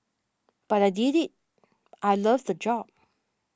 but I did it I loved the job